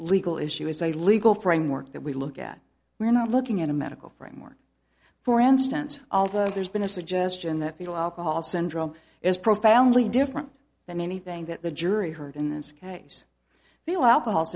legal issue as a legal framework that we look at we're not looking at a medical framework for instance although there's been a suggestion that fetal alcohol syndrome is profoundly different than anything that the jury heard in this case